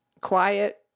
quiet